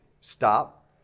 stop